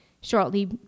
Shortly